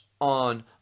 on